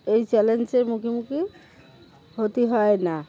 এই চ্যালেঞ্জের মুখোমুখি হতে হয় না